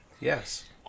Yes